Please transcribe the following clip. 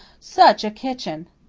such kitchen!